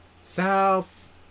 South